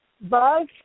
Bug